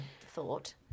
thought